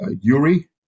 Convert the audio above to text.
Yuri